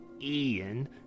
Ian